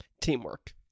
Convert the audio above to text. Teamwork